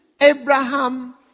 Abraham